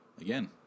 Again